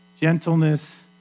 gentleness